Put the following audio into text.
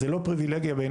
אז זו לא פריבילגיה בעיניי,